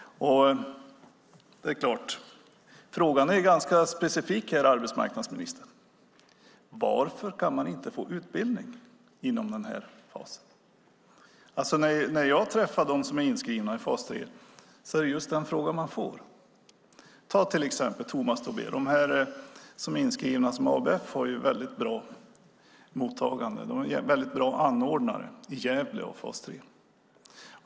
Frågan är specifik, arbetsmarknadsministern: Varför kan man inte få utbildning inom den fasen? När jag träffar dem som är inskrivna i fas 3 är det just den frågan jag får. ABF är en bra anordnare av fas 3 i Gävle.